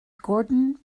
gordon